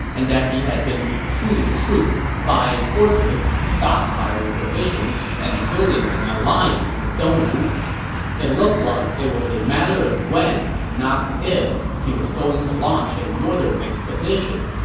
and that he has been recruiting troops, buying horses, stockpiling provisions, and building an alliance with dongwu, and it looked like it was a matter of when, not if, he was going to launch a northern expedition.